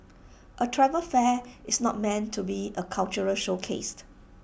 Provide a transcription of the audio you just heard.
A travel fair is not meant to be A cultural showcase